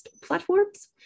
platforms